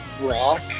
rock